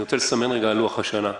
אני רוצה לסמן על לוח השנה: